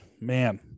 Man